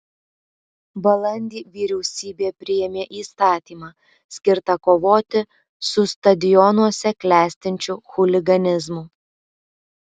balandį vyriausybė priėmė įstatymą skirtą kovoti su stadionuose klestinčiu chuliganizmu